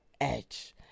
edge